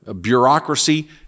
bureaucracy